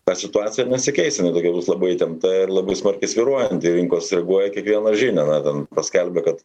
ta situacija ir nesikeis jinai tokia bus labai įtempta ir labai smarkiai svyruojanti ir rinkos reaguoja į kiekvieną žinią na ten paskelbė kad